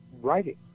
writing